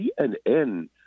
CNN